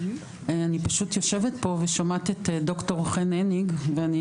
אני יושבת פה ושומעת את ד"ר חן הניג ואני